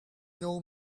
know